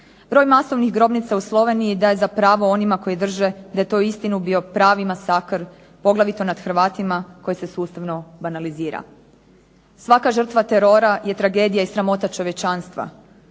Broj masovnih grobnica u Sloveniji da je za pravo onima koji drže da je to uistinu bio pravi masakr poglavito nad Hrvatima koji se sustavno banalizira. Svaka žrtva terora je tragedija i sramota čovječanstva.